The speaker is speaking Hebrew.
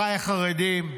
אחיי החרדים,